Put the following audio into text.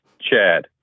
Chad